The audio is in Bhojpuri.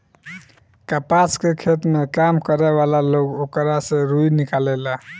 कपास के खेत में काम करे वाला लोग ओकरा से रुई निकालेले